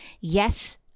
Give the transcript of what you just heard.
Yes